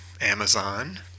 Amazon